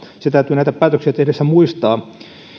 se täytyy näitä päätöksiä tehtäessä muistaa